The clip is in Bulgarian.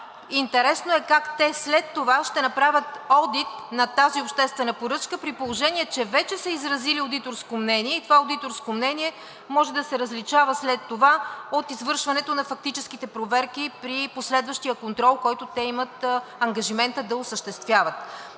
Интересно е как те след това ще направят одит на тази обществена поръчка, при положение че вече са изразили одиторско мнение и това одиторско мнение може да се различава след това от извършването на фактическите проверки при последващия контрол, който те имат ангажимента да осъществяват.